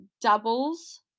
doubles